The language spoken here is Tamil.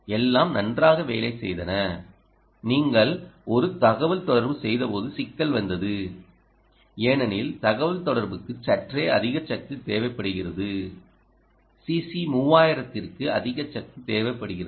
எல்லாம் நன்றாக வேலை செய்தன நீங்கள் ஒரு தகவல்தொடர்பு செய்தபோது சிக்கல் வந்தது ஏனெனில் தகவல்தொடர்புக்கு சற்றே அதிக சக்தி தேவைப்படுகிறது CC3000 க்கு அதிக சக்தி தேவைப்படுகிறது